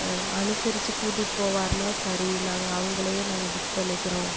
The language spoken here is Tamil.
ஆ அனுசரிச்சி கூட்டிட்டு போவாருனால் சரி நாங்கள் அவங்களேயே நாங்கள் புக் பண்ணிக்கிறோம்